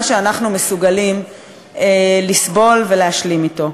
מה שאנחנו מסוגלים לסבול ולהשלים אתו.